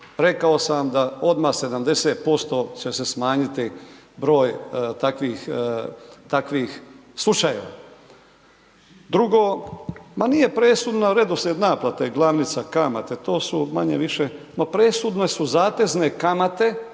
Rekao sam odmah 70% će se smanjiti broj takvih slučajeva. Drugo, ma nije presudan redoslijed naplate glavnica kamate, to su manje-više, ma presudne su zatezne kamate